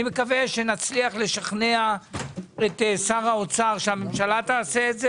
אני מקווה שנצליח לשכנע את שר האוצר שהממשלה תעשה את זה.